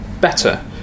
better